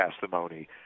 testimony